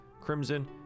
Crimson